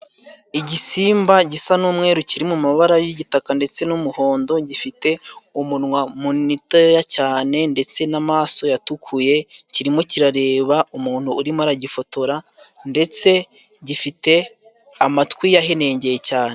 Igisimba gisa n'umweru kiri mu mabara y'igitaka ndetse n'umuhondo， gifite umunwa mutoya cyane ndetse n'amaso yatukuye kirimo kirareba umuntu urimo aragifotora， ndetse gifite amatwi yahenengeye cyane.